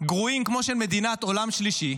גרועים כמו של מדינת עולם שלישי,